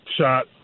shot